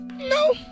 No